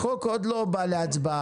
החוק עוד לא בא להצבעה.